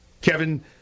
Kevin